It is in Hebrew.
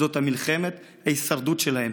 זו מלחמת ההישרדות שלהם.